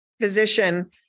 physician